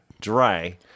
dry